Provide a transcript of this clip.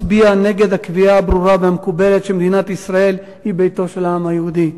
מצביע נגד הקביעה הברורה והמקובלת שמדינת ישראל היא ביתו של העם היהודי.